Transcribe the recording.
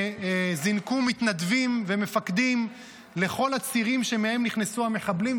וזינקו מתנדבים ומפקדים לכל הצירים שמהם נכנסו המחבלים,